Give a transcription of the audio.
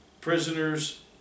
Prisoners